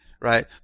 right